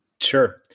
Sure